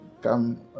come